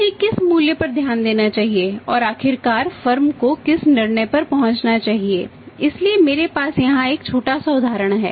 उन्हें किस मूल्य पर ध्यान देना चाहिए और आखिरकार फर्म के लिए भी अच्छा हो